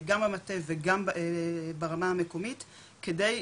גם המטה וגם ברמה המקומית כדי,